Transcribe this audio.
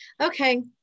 okay